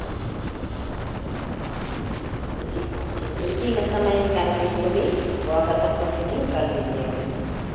अच्छा ठीक ठीक है उसी में समय निकाल कर इसको भी बोआ का सट का फिटिंग कर दीजिएगा